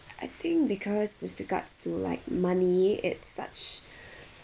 I think because with regards to like money at such